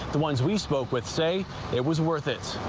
the ones we spoke with say it was worth it.